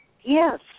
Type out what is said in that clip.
Yes